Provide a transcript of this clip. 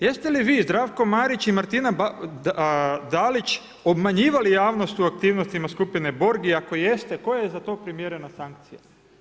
Jeste li vi Zdravko Marić i Martina Dalić obnavljivali javnost o aktivnostima skupine borg i ako jeste, koja je za to primjerena sankcija.